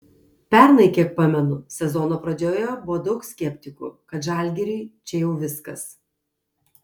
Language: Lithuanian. pernai kiek pamenu sezono pradžioje buvo daug skeptikų kad žalgiriui čia jau viskas